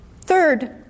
Third